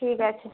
ঠিক আছে